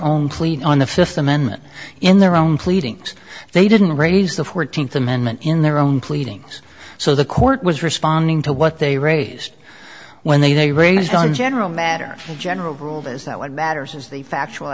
plea on the fifth amendment in their own pleadings they didn't raise the fourteenth amendment in their own pleadings so the court was responding to what they raised when they raised on a general matter general rule is that what matters is the factual